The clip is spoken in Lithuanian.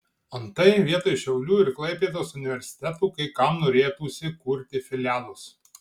antai vietoj šiaulių ir klaipėdos universitetų kai kam norėtųsi kurti filialus